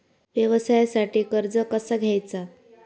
व्यवसायासाठी कर्ज कसा घ्यायचा?